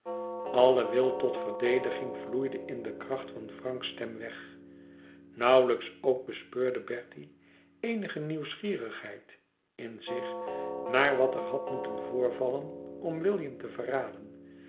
alle wil tot verdediging vloeide in de kracht van franks stem weg nauwelijks ook bespeurde bertie eenige nieuwsgierigheid in zich naar wat er had moeten voorvallen om william te verraden